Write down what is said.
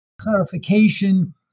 clarification